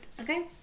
okay